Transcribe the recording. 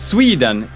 Sweden